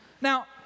Now